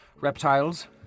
Reptiles